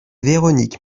véronique